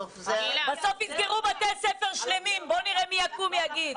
בסוף יסגרו בתי ספר שלמים ובואו נראה מי יקום ויגיד.